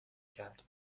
کرد